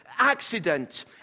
accident